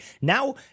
Now